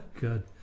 good